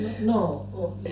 No